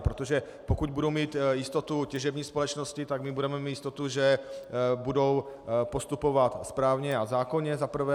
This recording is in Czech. Protože pokud budou mít jistotu těžební společnosti, tak budeme mít jistotu, že budou postupovat správně a zákonně to za prvé.